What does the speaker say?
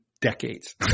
decades